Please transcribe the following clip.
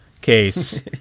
case